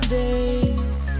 days